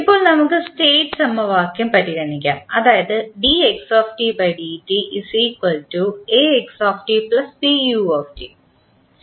ഇപ്പോൾ നമുക്ക് സ്റ്റേറ്റ് സമവാക്യം പരിഗണിക്കാം അതായത് t